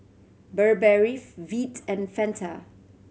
Burberry Veet and Fanta